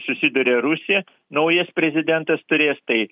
susiduria rusija naujas prezidentas turės tai